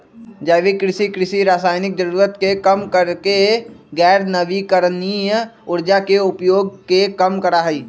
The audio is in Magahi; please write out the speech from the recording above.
जैविक कृषि, कृषि रासायनिक जरूरत के कम करके गैर नवीकरणीय ऊर्जा के उपयोग के कम करा हई